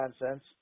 nonsense